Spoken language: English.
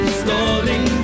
stalling